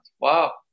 Wow